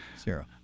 Zero